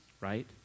right